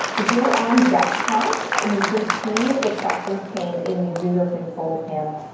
if you are on desktop and you can see the questions pane in the user control panel,